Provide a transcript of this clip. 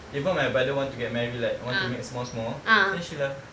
even my brother want to get married like want to make small small then she like